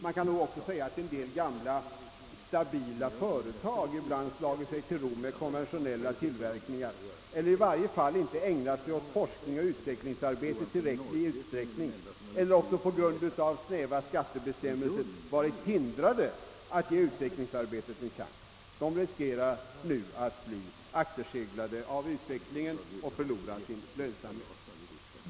Man kan nog också säga, att en del gamla stabila företag ibland slagit sig till ro med konventionella tillverkningar eller i varje fall inte ägnat sig åt forskningsoch utvecklingsarbete i tillräcklig utsträckning. Eller också har de på grund av snäva skattebestämmelser hindrats från att ge utvecklingsarbetet en chans. Dessa företag riskerar nu att bli akterseglade av utvecklingen och förlora sin lönsamhet.